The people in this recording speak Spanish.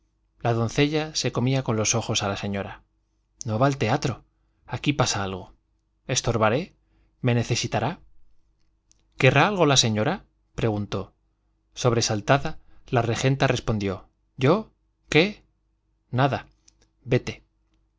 la doncella se comía con los ojos a la señora no va al teatro aquí pasa algo estorbaré me necesitará querrá algo la señora preguntó sobresaltada la regenta respondió yo qué nada vete